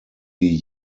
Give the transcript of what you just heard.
die